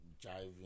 Driving